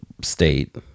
state